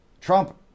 Trump